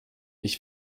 ich